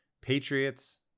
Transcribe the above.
Patriots